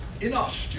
Enough